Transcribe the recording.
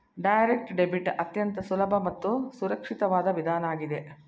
direct debit ಅತ್ಯಂತ ಸುಲಭ ಮತ್ತು ಸುರಕ್ಷಿತವಾದ ವಿಧಾನ ಆಗಿದೆ